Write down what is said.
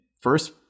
first